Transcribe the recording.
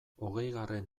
hogeigarren